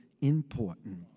important